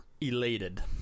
elated